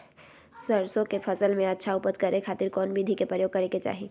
सरसों के फसल में अच्छा उपज करे खातिर कौन विधि के प्रयोग करे के चाही?